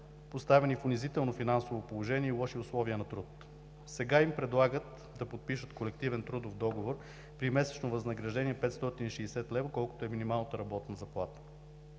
поставени в унизително финансово положение и лоши условия на труд. Сега им предлагат да подпишат колективен трудов договор при месечно възнаграждение 560 лв., колкото е минималната работна заплата.